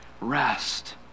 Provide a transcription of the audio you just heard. rest